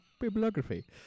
Bibliography